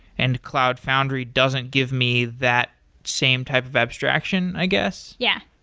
and cloud foundry doesn't give me that same type of abstraction, i guess. yeah.